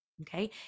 Okay